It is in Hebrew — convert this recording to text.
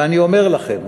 ואני אומר לכם,